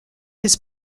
his